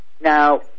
Now